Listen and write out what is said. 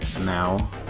now